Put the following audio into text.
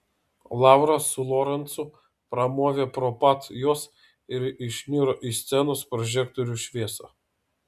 laura su lorencu pramovė pro pat juos ir išniro į scenos prožektorių šviesą